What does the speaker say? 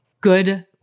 Good